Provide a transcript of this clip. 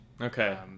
Okay